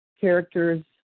characters